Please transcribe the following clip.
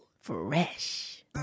fresh